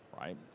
right